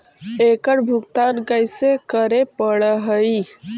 एकड़ भुगतान कैसे करे पड़हई?